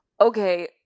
okay